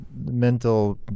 mental